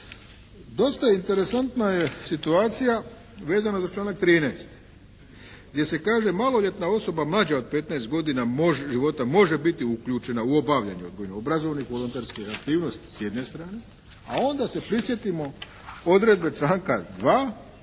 Dosta interesantna je situacija vezano za članak 13. gdje se kaže maloljetna osoba mlađa od 15 godina života može biti uključena u obavljanju odgojno-obrazovnih volonterskih aktivnosti s jedne strane, a onda se prisjetimo odredbe članka 2.